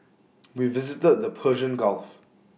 we visited the Persian gulf